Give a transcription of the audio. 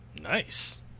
Nice